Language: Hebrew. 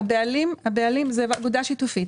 זו אגודה שיתופית,